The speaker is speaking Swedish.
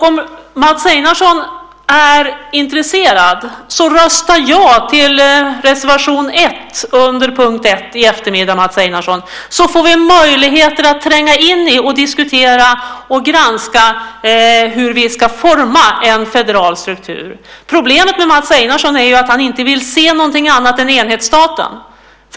Om Mats Einarsson är intresserad kan han rösta ja till reservation 1 under punkt 1 i eftermiddag, så får vi möjligheter att tränga in i, diskutera och granska hur vi ska forma en federal struktur. Problemet med Mats Einarsson är att han inte vill se någonting annat än enhetsstaten.